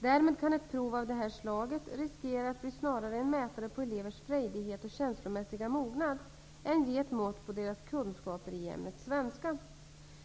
Därmed kan ett prov av detta slag riskera att bli snarare en mätare på elevers frejdighet och känslomässiga mognad än ett mått på deras kunskaper i ämnet svenska.